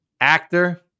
actor